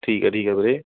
ਠੀਕ ਹੈ ਠੀਕ ਹੈ ਵੀਰੇ